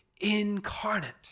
incarnate